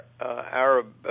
Arab